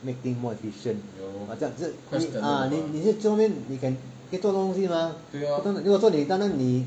making things more efficient 这样就是你是你去那边你 can 做东西 mah 如果做你单单你